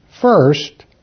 First